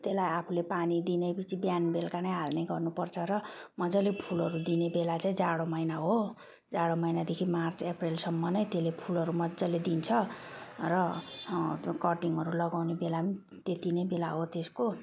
त्यसलाई आफूले पानी दिनैपिछे बिहान बेलुका नै हाल्ने गर्नुपर्छ र मजाले फुलहरू दिने बेला चाहिँ जाडो महिना हो जाडो महिनादेखि मार्च अप्रेलसम्म नै त्यसले फुलहरू मजाले दिन्छ र त्यो कटिङहरू लगाउने बेला पनि त्यत्ति नै बेला हो त्यसको